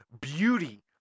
beauty